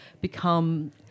become